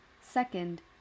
Second